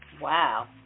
Wow